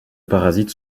parasite